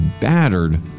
battered